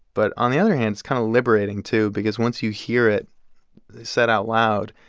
but on the other hand, it's kind of liberating too because once you hear it said out loud,